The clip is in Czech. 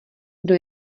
kdo